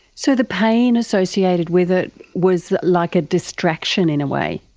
so the pain associated with it was like a distraction in a way?